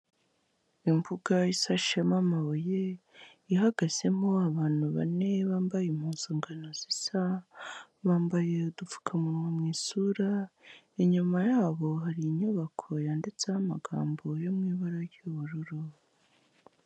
Imbuga isashemo amabuye ihagazemo abantu bane bambaye impuzangano zisa, bambaye udupfukamunwa mu isura inyuma yabo, hari inyubako yanditseho amagambo yo mu ibara ry'ubururu.